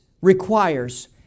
requires